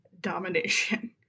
domination